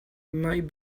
might